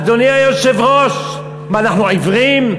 אדוני היושב-ראש, מה, אנחנו עיוורים?